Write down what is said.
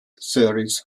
series